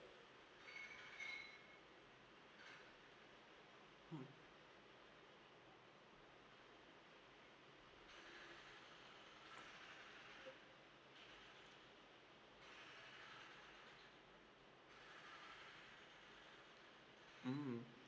hmm mm